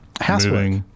housework